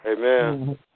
Amen